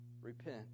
repent